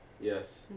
yes